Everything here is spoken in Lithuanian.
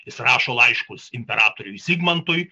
jis rašo laiškus imperatoriui zigmantui